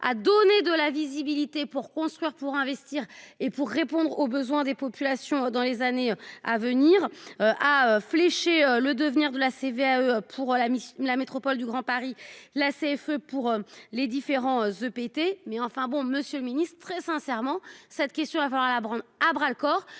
à donner de la visibilité pour construire pour investir et pour répondre aux besoins des populations dans les années à venir. Ah flécher le devenir de la CVAE. Pour la la métropole du Grand Paris, la CFE-pour les différents The péter mais enfin bon. Monsieur le Ministre, très sincèrement cette question avoir la prendre à bras le corps.